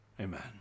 Amen